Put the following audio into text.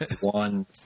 one